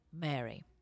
Mary